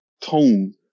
tone